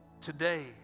Today